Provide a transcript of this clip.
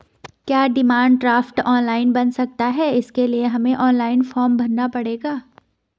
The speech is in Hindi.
क्या डिमांड ड्राफ्ट ऑनलाइन बन सकता है इसके लिए हमें ऑनलाइन फॉर्म भरना पड़ेगा?